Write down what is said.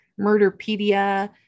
Murderpedia